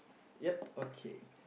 yup okay